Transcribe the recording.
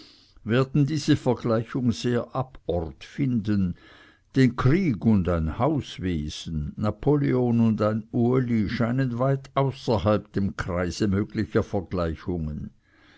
werden diese vergleichung sehr ab ort finden denn krieg und ein hauswesen napoleon und ein uli scheinen weit außerhalb dem kreise möglicher vergleichungen